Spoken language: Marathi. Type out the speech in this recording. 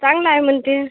चांगलं आहे म्हणतील